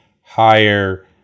higher